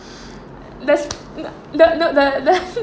there's the the the